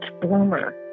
bloomer